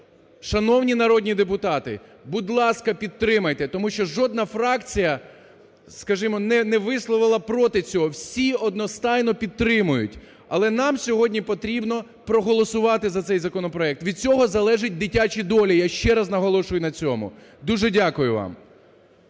шановні народні депутати, будь ласка, підтримайте, тому що жодна фракція, скажімо, не висловила проти цього, всі одностайно підтримують. Але нам сьогодні потрібно проголосувати за цей законопроект, від цього залежать дитячі долі, я ще раз наголошую на цьому. Дуже дякую вам.